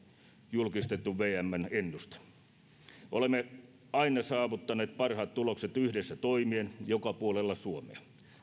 julkistettu vmn ennuste olemme aina saavuttaneet parhaat tulokset yhdessä toimien joka puolella suomea